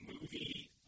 movie